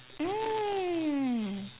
mm